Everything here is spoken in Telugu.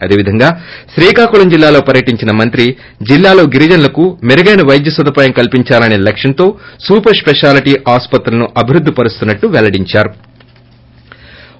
అదేవిధంగా శ్రీకాకుళం జిల్లాలో పర్యటించిన మంత్రి జిల్లాలో గిరిజనులకు మెరుగైన వైద్య సదుపాయం కల్సిందాలనే లక్ష్యంతో సుపర్ స్పెషాలిటీ ఆసుప్రతులను అభివృద్ది పరుస్తున్నట్లు పెల్లడించారు